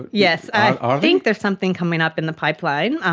yes, i think there's something coming up in the pipeline,